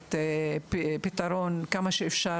מחייבת פתרון מהיר עד כמה שאפשר.